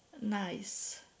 nice